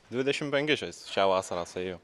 dvidešimt penki šią vasarą suėjo